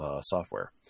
software